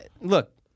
look